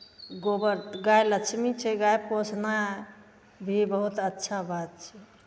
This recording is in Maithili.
गोबर गाय लक्ष्मी छै गाय पोसनाइ भी बहुत अच्छा बात छै